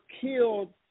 killed